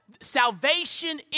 Salvation